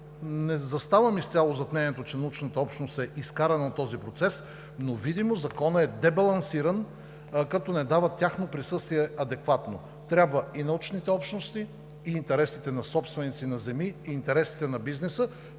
не заставам изцяло зад мнението, че научната общност е изкарана от този процес, но видимо Законът е дебалансиран, като не дава тяхно адекватно присъствие. Трябва и научните общности, и интересите на собственици на земи, и интересите на бизнеса